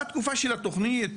גם בתקופה של התכנון,